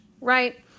right